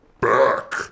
back